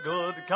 Good